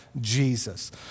Jesus